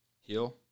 heal